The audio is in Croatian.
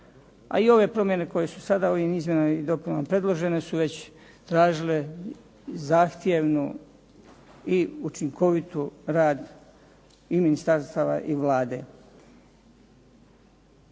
A i ove promjene koje su sada ovim izmjenama i dopunama predložene su već tražile zahtjevnu i učinkovitu rad i ministarstava i Vlade.